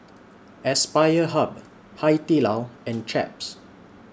Aspire Hub Hai Di Lao and Chaps